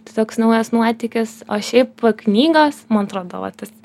tai toks naujas nuotykis o šiaip va knygos man atrodo va tas